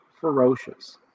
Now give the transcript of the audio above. ferocious